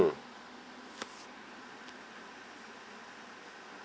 mm